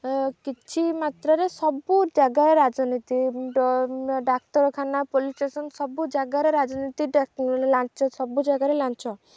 କିଛି ମାତ୍ରାରେ ସବୁ ଜାଗାରେ ରାଜନୀତି ଡାକ୍ତରଖାନା ପୋଲିସ୍ ଷ୍ଟେସନ୍ ସବୁ ଜାଗାରେ ରାଜନୀତି ଲାଞ୍ଚ ସବୁ ଜାଗାରେ ଲାଞ୍ଚ